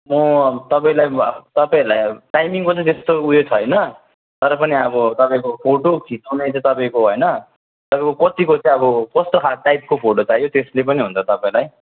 म तपाईँलाई तपाईँहरूलाई हेल्प टाइमिङको चाहिँ त्यस्तो उयो छैन तरै पनि अब तपाईँको तपाईँको फोटो खिचाउनु चाहिँ तपाईँको होइन तपाईँको कतिको चाहिँ अब कस्तो खाल टाइपको फोटो चाहियो त्यसले पनि हुन्छ तपाईँलाई